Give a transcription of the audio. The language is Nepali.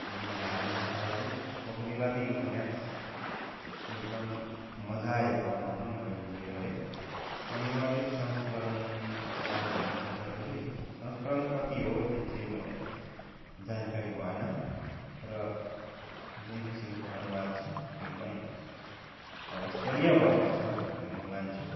धारणामा आधारित प्रगतिवादी उपन्यास एकदम मजा आयो पढ्नमा मैले इनजोय गरेँ अनुवादित संस्करणबारे भन्नु पर्दाखेरि संस्करण कति हो त्यो चाहिँ मलाई जानकारी भएन तर जुन किसिमको अनुवाद छ एकदम स्तरीय भएको छ भनेर म मान्छु